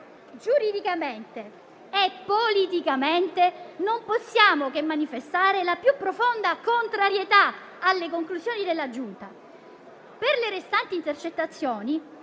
Giuridicamente e politicamente non possiamo che manifestare la più profonda contrarietà alle conclusioni della Giunta delle elezioni